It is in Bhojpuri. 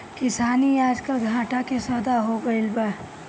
किसानी आजकल घाटा के सौदा हो गइल बा